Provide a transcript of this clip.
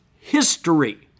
history